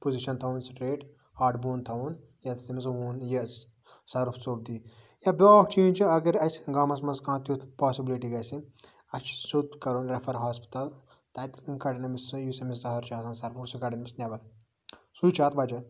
position تھاوٕنۍ straight ہڑ بۄن تھاوُن ییٚتس تٔمس سرپھ ژوٚپ دِی بیاکھ چیٖنج چھ اگر اَسہِ گامَس مَنٛذ کانٛہہ تیُتھ پاسِبِلِٹی گَژھِ اَسہِ چھُ سیوٚد کَرُن ریٚفَر ہَسپَتال تَتہِ کَڑَن أمس سُہ یُس أمِس زَہر چھُ آسان سرپھُک سُہ کَڑَن أمِس نیٚبر سُے چھُ اتھ وَجہ